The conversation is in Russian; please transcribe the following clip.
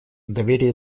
доверие